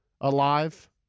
alive